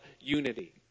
unity